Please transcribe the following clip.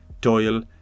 Doyle